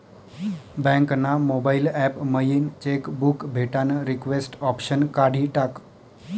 bank ना mobile app मयीन cheque book भेटानं रिक्वेस्ट ऑप्शन काढी टाकं